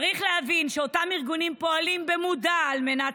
צריך להבין שאותם ארגונים פועלים במודע על מנת